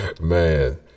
Man